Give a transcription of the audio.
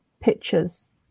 pictures